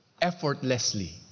effortlessly